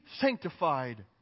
sanctified